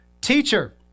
Teacher